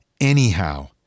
anyhow